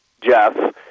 Jeff